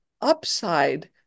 upside